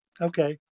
Okay